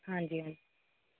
ਹਾਂਜੀ ਹਾਂਜੀ